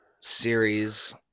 series